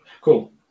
Cool